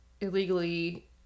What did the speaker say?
illegally